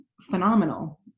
phenomenal